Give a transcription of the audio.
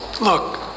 Look